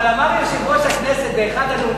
אבל אמר יושב-ראש הכנסת באחד הנאומים